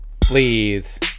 please